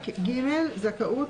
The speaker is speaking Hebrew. זכאות